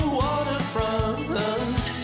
waterfront